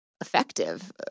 effective